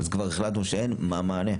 אז כבר החלטנו שאין מענה,